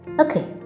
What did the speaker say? Okay